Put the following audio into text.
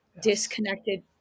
disconnected